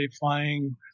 flying